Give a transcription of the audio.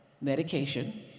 Medication